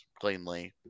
cleanly